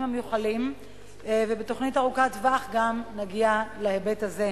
המיוחלים ובתוכנית ארוכת-טווח גם נגיע להיבט הזה,